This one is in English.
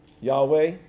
Yahweh